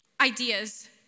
ideas